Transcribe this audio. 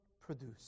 produce